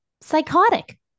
psychotic